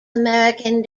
american